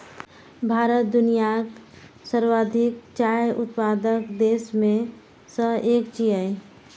भारत दुनियाक सर्वाधिक चाय उत्पादक देश मे सं एक छियै